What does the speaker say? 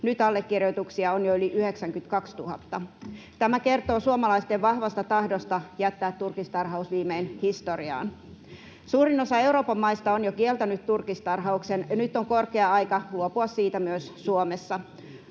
Nyt allekirjoituksia on jo yli 92 000. Tämä kertoo suomalaisten vahvasta tahdosta jättää turkistarhaus viimein historiaan. Suurin osa Euroopan maista on jo kieltänyt turkistarhauksen, ja nyt on korkea aika luopua siitä myös Suomessa.